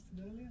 earlier